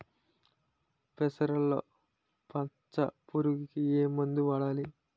పెసరలో పచ్చ పురుగుకి ఏ మందు వాడాలి?